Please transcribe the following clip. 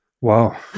Wow